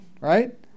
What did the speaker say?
right